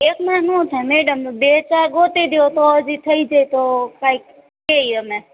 એકમાં નો થાય મેડમનો બે ચા ગોતી દયો તો હજી થઈ જાય તો કાઈક કેઇ અમે